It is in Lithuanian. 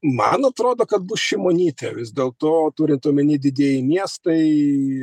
man atrodo kad bus šimonytė vis dėlto turint omeny didieji miestai